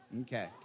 Okay